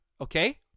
Okay